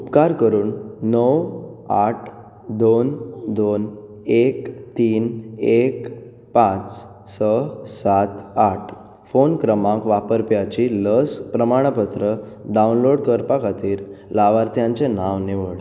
उपकार करून णव आठ दोन दोन एक तीन एक पांच स सात आठ फोन क्रमांक वापरप्याची लस प्रमाणपत्र डावनलोड करपा खातीर लावार्थ्याचें नांव निवड